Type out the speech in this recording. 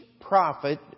prophet